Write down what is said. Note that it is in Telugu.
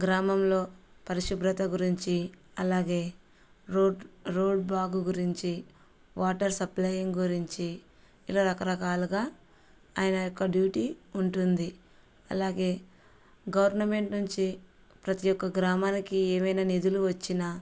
గ్రామంలో పరిశుభ్రత గురించి అలాగే రోడ్ రోడ్ బాగు గురించి వాటర్ సప్లై గురించి ఇలా రకరకాలుగా ఆయన యొక్క డ్యూటీ ఉంటుంది అలాగే గవర్నమెంట్ నుంచి ప్రతి ఒక్క గ్రామానికి ఏమైనా నిధులు వచ్చినా